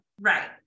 right